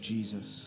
Jesus